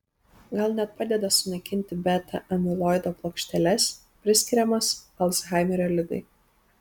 gal net padeda sunaikinti beta amiloido plokšteles priskiriamas alzhaimerio ligai